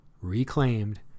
reclaimed